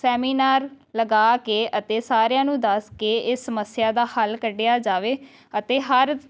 seminar ਲਗਾ ਕੇ ਅਤੇ ਸਾਰਿਆ ਨੂੰ ਦੱਸ ਕੇ ਇਹ ਸਮੱਸਿਆ ਦਾ ਹੱਲ ਕੱਢਿਆ ਜਾਵੇ ਅਤੇ ਹਰ